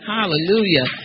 Hallelujah